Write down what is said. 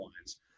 lines